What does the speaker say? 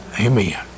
Amen